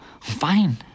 fine